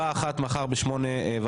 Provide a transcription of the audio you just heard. אז הצבעה אחת מחר ב- 08:30,